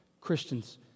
Christians